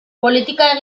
politika